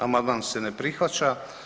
Amandman se ne prihvaća.